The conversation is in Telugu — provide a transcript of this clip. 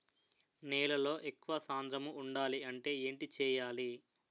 నేలలో ఎక్కువ సాంద్రము వుండాలి అంటే ఏంటి చేయాలి?